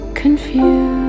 confused